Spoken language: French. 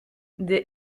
des